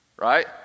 right